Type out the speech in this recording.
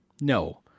No